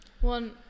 One